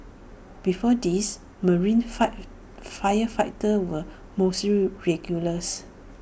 before this marine fire firefighters were mostly regulars